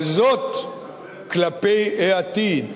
אבל זאת כלפי העתיד,